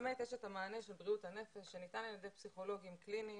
יש את המענה של בריאות הנפש שניתן על-ידי פסיכולוגים קליניים,